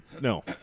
No